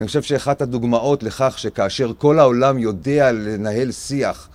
אני חושב שאחת הדוגמאות לכך שכאשר כל העולם יודע לנהל שיח